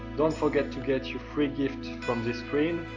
don't forget to get your free gift from this screen.